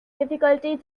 difficulties